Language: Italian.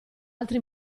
altri